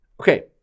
Okay